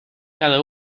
cada